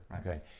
okay